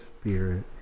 Spirit